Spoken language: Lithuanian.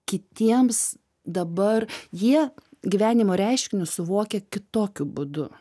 kitiems dabar jie gyvenimo reiškinius suvokia kitokiu būdu